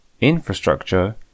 Infrastructure